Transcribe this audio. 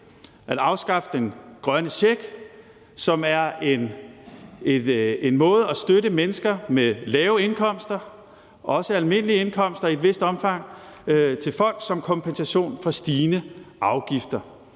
at afskaffe den grønne check, som er en måde at støtte mennesker med lave indkomster og i et vist omfang også almindelige indkomster på som en kompensation for stigende afgifter.